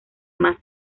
más